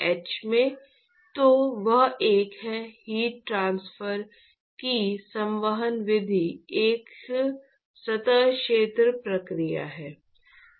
h में तो वह एक है हीट ट्रांसफर की संवहन विधि एक सतह क्षेत्र प्रक्रिया है